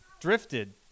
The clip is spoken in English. drifted